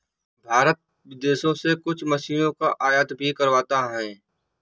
भारत विदेशों से कुछ मशीनों का आयात भी करवाता हैं